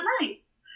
nice